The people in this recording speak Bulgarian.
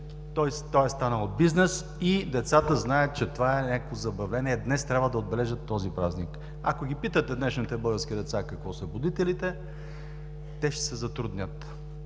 Той е станал бизнес и децата знаят, че това е някакво забавление и днес трябва да отбележат този празник. Ако ги питате, днешните български деца, какво са будителите, те ще се затруднят,